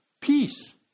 Peace